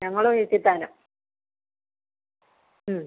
ഞങ്ങൾ വീട്ടിൽ തരാം